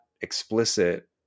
explicit